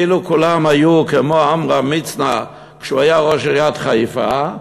כי אילו כולם היו כמו עמרם מצנע כשהוא היה ראש עיריית חיפה,